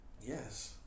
Yes